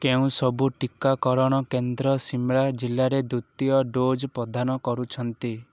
କେଉଁ ସବୁ ଟିକାକରଣ କେନ୍ଦ୍ର ଶିମ୍ଲା ଜିଲ୍ଲାରେ ଦ୍ୱିତୀୟ ଡୋଜ୍ ପ୍ରଦାନ କରୁଛନ୍ତି